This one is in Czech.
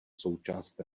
součást